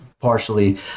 partially